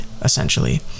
essentially